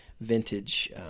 vintage